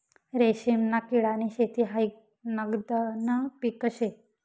रेशीमना किडानी शेती हायी नगदनं पीक शे